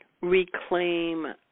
reclaim